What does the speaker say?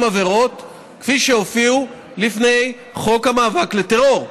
עבירות כפי שהופיעו לפני חוק המאבק בטרור.